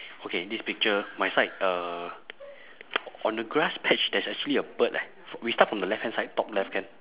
okay this picture my side uh on the grass patch there's actually a bird eh we start from the left hand side top left can